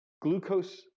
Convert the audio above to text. glucose